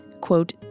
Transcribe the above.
Quote